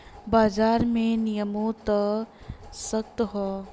बाजार के नियमों त सख्त हौ